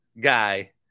guy